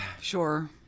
Sure